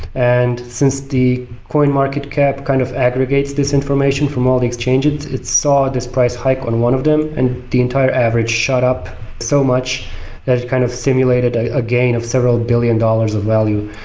and since the coin market cap kind of aggregates this information from all the exchanges, it saw this price hike on one of them and the entire average shot up so much that it kind of simulated a gain of several billion dollars of value.